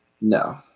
No